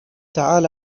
تعال